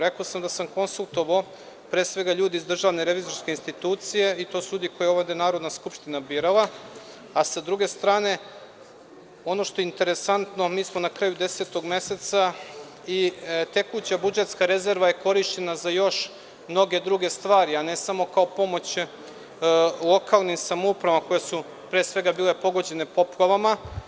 Rekao sam da sam konsultovao pre svega ljude iz DRI i to su ljudi koje je Narodna skupština birala, a sa druge strane, ono što je interesantno, mi smo na kraju desetog meseca i tekuća budžetska rezerva je korišćena za još mnoge druge stvari, a ne samo kao pomoć lokalnim samoupravama koje su pre svega bile pogođene poplavama.